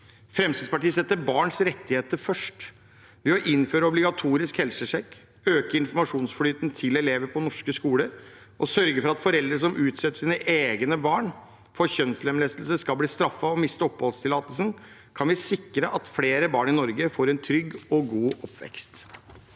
Fremskrittspartiet setter barns rettigheter først. Ved å innføre obligatorisk helsesjekk, øke informasjonsflyten til elever på norske skoler og sørge for at foreldre som utsetter sine egne barn for kjønnslemlestelse, blir straffet og mister oppholdstillatelsen, kan vi sikre at flere barn i Norge får en trygg og god oppvekst.